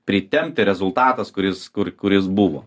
pritempti rezultatas kuris kur kuris buvo